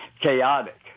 chaotic